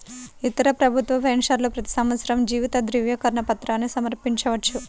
ఇతర ప్రభుత్వ పెన్షనర్లు ప్రతి సంవత్సరం జీవిత ధృవీకరణ పత్రాన్ని సమర్పించవచ్చు